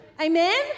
amen